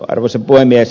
arvoisa puhemies